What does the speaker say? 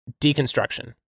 deconstruction